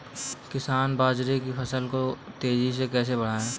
किसान बाजरे की फसल को तेजी से कैसे बढ़ाएँ?